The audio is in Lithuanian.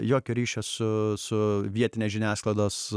jokio ryšio su su vietine žiniasklaidos